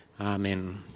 Amen